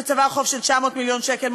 שצבר חוב של 900 מיליון שקל,